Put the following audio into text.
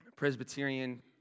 Presbyterian